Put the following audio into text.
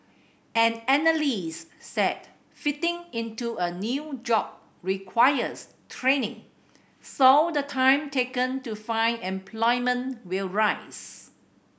an analyst said fitting into a new job requires training so the time taken to find employment will rise